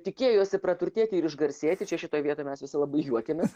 tikėjosi praturtėti ir išgarsėti čia šitoj vietoj mes visi labai juokiamės